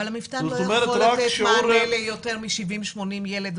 אבל המפתן לא יכול לתת מענה ליותר מ-80-70 ילדים.